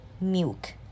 milk